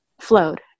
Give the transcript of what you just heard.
flowed